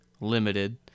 limited